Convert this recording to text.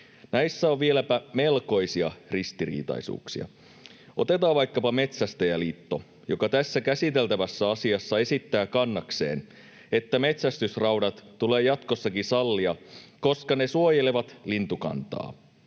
Näissä on vieläpä melkoisia ristiriitaisuuksia. Otetaan vaikkapa Metsästäjäliitto, joka tässä käsiteltävässä asiassa esittää kannakseen, että metsästysraudat tulee jatkossakin sallia, koska ne suojelevat lintukantaa.